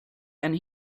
and